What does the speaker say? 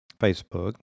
Facebook